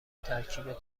ترکیب